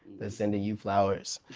that's sending you flowers,